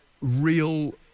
real